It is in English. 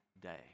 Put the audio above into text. day